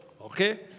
Okay